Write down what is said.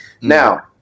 Now